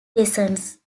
descent